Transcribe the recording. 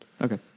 Okay